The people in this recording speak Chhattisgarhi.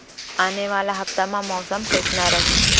आने वाला हफ्ता मा मौसम कइसना रही?